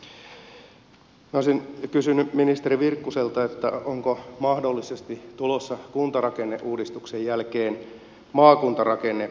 minä olisin kysynyt ministeri virkkuselta onko mahdollisesti tulossa kuntarakenneuudistuksen jälkeen maakuntarakenneuudistus